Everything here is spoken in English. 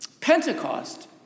Pentecost